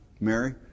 Mary